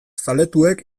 zaletuek